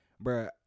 bro